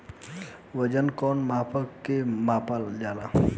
वजन कौन मानक से मापल जाला?